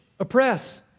Oppress